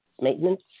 maintenance